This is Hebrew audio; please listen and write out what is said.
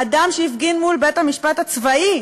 אדם שהפגין מול בית-המשפט הצבאי,